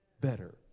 better